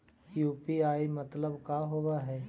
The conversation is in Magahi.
यु.पी.आई मतलब का होब हइ?